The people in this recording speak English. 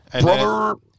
Brother